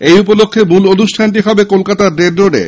এই উপলক্ষে মূল অনুষ্ঠানটি হবে কলকাতার রেড রোডে